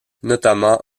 notamment